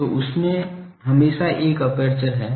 तो उसमें हमेशा एक एपर्चर है